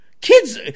Kids